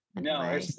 no